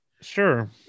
sure